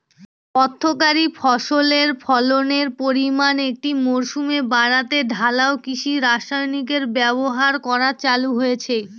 অর্থকরী ফসলের ফলনের পরিমান একটি মরসুমে বাড়াতে ঢালাও কৃষি রাসায়নিকের ব্যবহার করা চালু হয়েছে